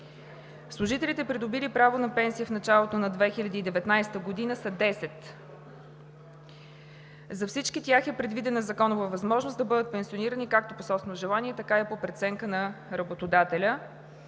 Служителите, придобили право на пенсия в началото на 2019 г., са 10. За всички тях е предвидена законова възможност да бъдат пенсионирани както по собствено желание, така и по преценка на работодателя.